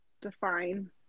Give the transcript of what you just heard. define